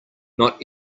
not